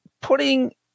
putting